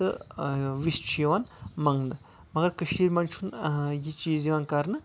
تہٕ وِش چھُ یِوان منٛگنہٕ مَگر کٔشیٖر منٛز چھُ نہٕ زیادٕ یہِ چیٖز یِوان کَرنہٕ کیٚنٛہہ